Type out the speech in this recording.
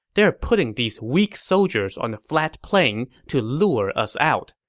they're putting these weak soldiers on the flat plain to lure us out.